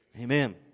amen